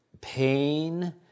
pain